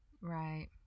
Right